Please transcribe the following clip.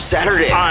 Saturday